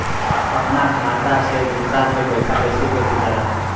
अपना खाता से दूसरा में पैसा कईसे भेजल जाला?